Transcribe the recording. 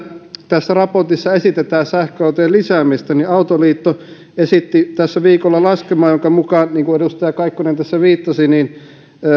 tässä raportissa esitetään sähköautojen lisäämistä niin autoliitto esitti tässä viikolla laskelman jonka mukaan mihin edustaja kaikkonen tässä viittasi